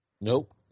nope